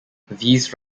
these